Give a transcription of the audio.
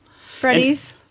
Freddy's